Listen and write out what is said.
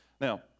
Now